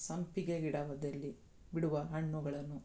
ಸಂಪಿಗೆ ಗಿಡದಲ್ಲಿ ಬಿಡುವ ಹಣ್ಣುಗಳನ್ನು